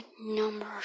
number